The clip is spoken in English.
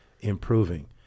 improving